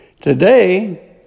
Today